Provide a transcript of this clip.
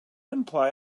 imply